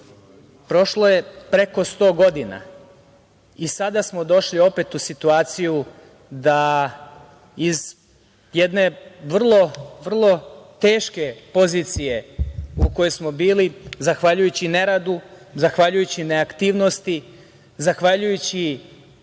prošlo preko 100 godina i sada smo došli opet u situaciju da iz jedne vrlo teške pozicije u kojoj smo bili zahvaljujući neradu, zahvaljujući neaktivnosti, zahvaljujući